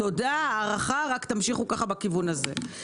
תודה, הערכה ותמשיכו כך בכיוון הזה.